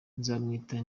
nzamwita